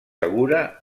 segura